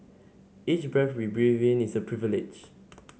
each breath we breathe in is a privilege